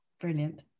Brilliant